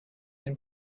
den